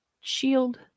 shield